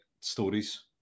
stories